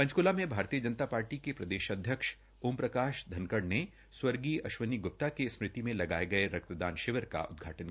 पंचक्ला में भारतीय जनता पार्टी के प्रदेशाध्यक्ष ओम प्रकाश धनखड़ ने स्वर्गीय अश्विनी गुप्ता की स्मृति मे लगाये गये रक्तदान शिविर का उदघाटन किया